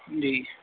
जी